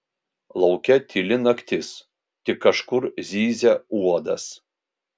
lauke tyli naktis tik kažkur zyzia uodas